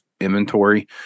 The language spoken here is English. inventory